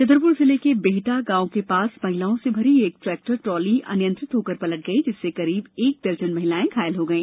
छतरपुर जिले के बेहटा ग्राम के पास महिलाओं से भरी एक ट्रैक्टर ट्राली अनियंत्रित होकर पलट गई जिससे करीब एक दर्जन महिलाएं घायल हो गई